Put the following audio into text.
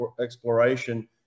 exploration